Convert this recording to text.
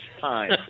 time